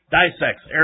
dissects